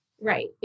Right